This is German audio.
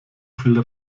viel